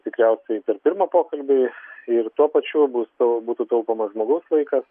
tikriausiai per pirmą pokalbį ir tuo pačiu bus būtų taupomas žmogaus laikas